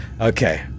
Okay